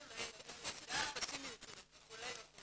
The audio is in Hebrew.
חוליים וזה חבלי לידה וכו' וכו'.